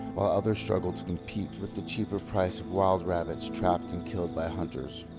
while others struggle to compete with the cheaper price of wild rabbits trapped and killed by hunters.